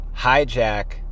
hijack